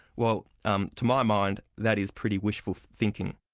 well, um to my mind that is pretty wishful thinking.